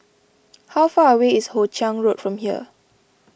how far away is Hoe Chiang Road from here